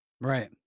Right